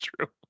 true